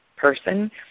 person